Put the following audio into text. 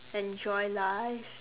enjoy life